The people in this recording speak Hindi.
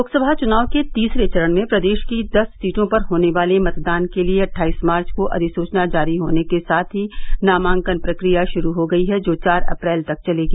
लोकसभा चुनाव के तीसरे चरण में प्रदेश की दस सीटों पर होने वाले मतदान के लिए अट्ठाईस मार्च को अधिसूचना जारी होने के साथ ही नामांकन प्रक्रिया शुरू हो गयी है जो चार अप्रैल तक चलेगी